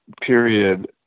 period